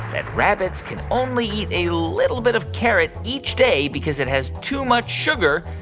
that rabbits can only eat a little bit of carrot each day because it has too much sugar,